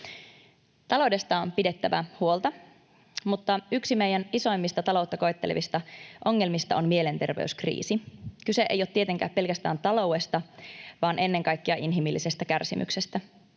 Taloudesta on pidettävä huolta, mutta yksi meidän isoimmista taloutta koettelevista ongelmista on mielenterveyskriisi. Kyse ei ole tietenkään pelkästään taloudesta vaan ennen kaikkea inhimillisestä kärsimyksestä.